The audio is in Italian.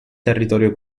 territorio